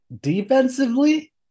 Defensively